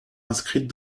inscrites